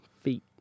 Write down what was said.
feet